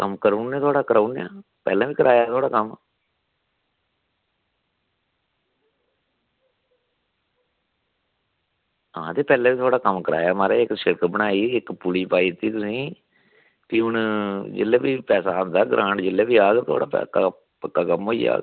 कम्म करी ओड़ने आं कम्म कराई ओड़ने आं तुआढ़ा पैह्लैं बी कराया तुआढ़ा कम्म हां ते पैह्लैं बी तुआढ़ा कम्म करवाया माराज़ इक शिड़क बनाई इक पुली बी दित्ती ही तुसेंगी फ्ही हून जिसलै बी पैसा आंदा ग्रांट जिसलै बी आह्ग तुआढ़ा पक्का कम्म होई जाह्ग